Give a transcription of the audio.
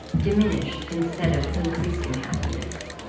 diminished instead of increasing happiness.